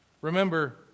remember